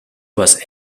was